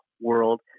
world